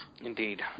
Indeed